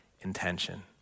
intention